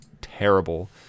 terrible